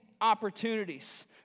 opportunities